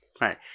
Right